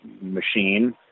machine